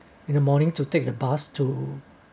in the morning to take the bus to